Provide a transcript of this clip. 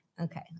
Okay